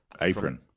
apron